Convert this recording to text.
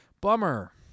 Bummer